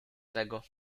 tego